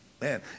man